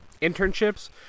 internships